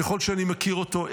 ככל שאני מכיר אותו,